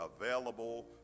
available